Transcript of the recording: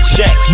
Check